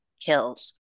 kills